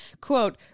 quote